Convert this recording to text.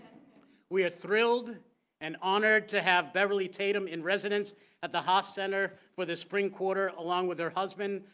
we are thrilled and honored to have beverly tatum in residence at the haas center for the spring quarter along with her husband,